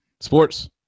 Sports